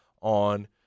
on